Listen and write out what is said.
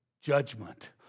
judgment